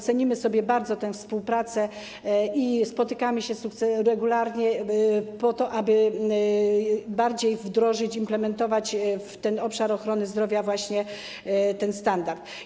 Cenimy sobie bardzo tę współpracę i spotykamy się regularnie po to, aby lepiej wdrożyć, implementować w obszarze ochrony zdrowia właśnie ten standard.